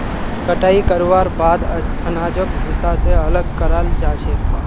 कटाई करवार बाद अनाजक भूसा स अलग कराल जा छेक